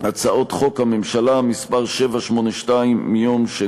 הצעות חוק, הממשלה, מס' 782, מ-2